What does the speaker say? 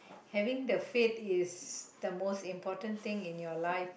having the fate is the most important thing in your life